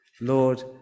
Lord